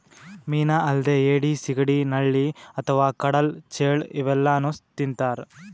ಮೀನಾ ಅಲ್ದೆ ಏಡಿ, ಸಿಗಡಿ, ನಳ್ಳಿ ಅಥವಾ ಕಡಲ್ ಚೇಳ್ ಇವೆಲ್ಲಾನೂ ತಿಂತಾರ್